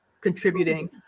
contributing